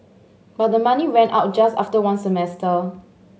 but the money ran out just after one semester